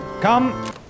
Come